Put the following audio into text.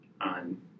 on